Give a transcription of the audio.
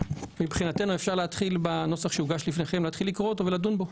מבחינתנו אפשר להתחיל לקרוא את הנוסח שהוגש לכם ולדון בו.